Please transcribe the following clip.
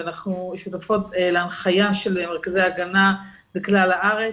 ואנחנו שותפות להנחיה של מרכזי הגנה בכלל הארץ.